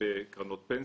- קרנות פנסיה,